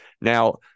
Now